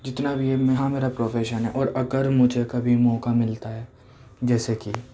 جتنا بھی ہے ہاں میرا پروفیشن ہے اور اگر مجھے کبھی موقع ملتا ہے جیسے کہ